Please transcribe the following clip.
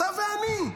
אתה ואני,